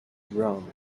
wrong